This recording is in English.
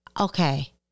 Okay